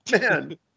Man